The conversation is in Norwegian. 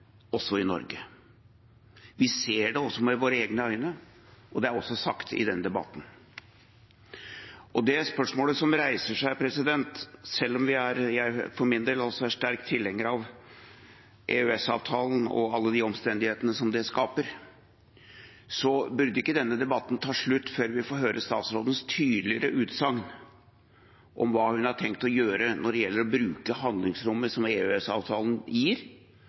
også i Norge. Vi ser det med våre egne øyne, og det er sagt i denne debatten. Det er et spørsmål som reiser seg: Selv om jeg for min del er sterk tilhenger av EØS-avtalen og alle de omstendighetene som det skaper, så burde ikke denne debatten ta slutt før vi får høre statsrådens tydeligere utsagn om hva hun har tenkt å gjøre når det gjelder å bruke handlingsrommet som EØS-avtalen gir